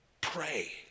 Pray